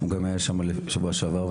וגם היה שם בשבוע שעבר,